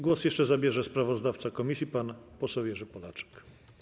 Głos jeszcze zabierze sprawozdawca komisji pan poseł Jerzy Polaczek.